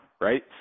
right